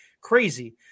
Crazy